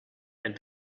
and